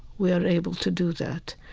we are able to do that.